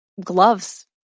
gloves